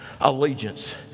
Allegiance